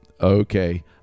okay